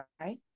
Right